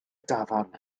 dafarn